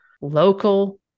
Local